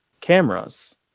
cameras